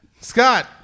Scott